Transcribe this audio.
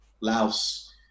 Laos